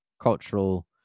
cultural